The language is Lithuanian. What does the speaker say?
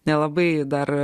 nelabai dar